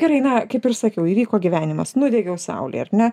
gerai na kaip ir sakiau įvyko gyvenimas nudegiau saulėj ar ne